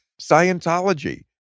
Scientology